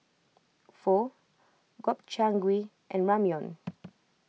Pho Gobchang Gui and Ramyeon